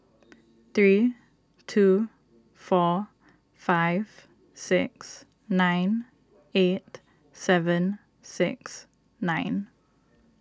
three two four five six nine eight seven six nine